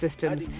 systems